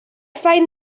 find